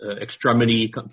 extremity